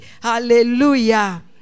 Hallelujah